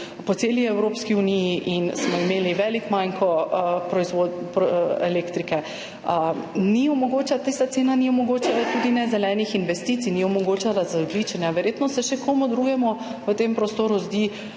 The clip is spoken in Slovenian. po celi Evropski uniji in smo imeli velik manko elektrike. Tista cena prav tako ni omogočala zelenih investicij, ni omogočala razogljičenja. Verjetno se še komu drugemu v tem prostoru zdi